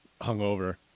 hungover